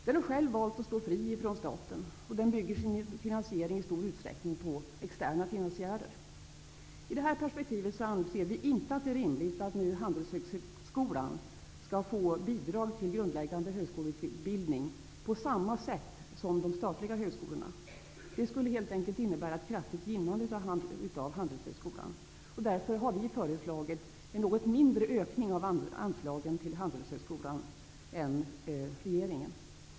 Den har själv valt att stå fri från staten. Den bygger sin finansiering i stor utsträckning på externa finansiärer. I detta perspektiv anser vi det inte rimligt att Handelshögskolan i Stockholm skall få bidrag till grundläggande högskoleubildning på samma sätt som de statliga högskolorna. Det skulle helt enkelt innebära ett kraftigt gynnande av Handelshögskolan. Därför har vi föreslagit en mindre ökning av anslagen till Handelshögskolan än regeringen.